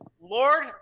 Lord